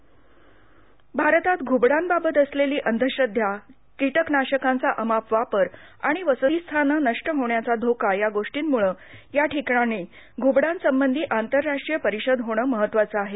घबड परिषद भारतात घुबडांबाबत असलेली अंधश्रद्धा कीटकनाशकांचा अमाप वापर आणि वसतिस्थाने नष्ट होण्याचा धोका या गोष्टींमुळे या ठिकाणी घुबडांसंबंधी आंतरराष्ट्रीय परिषद होणे महत्वाचे आहे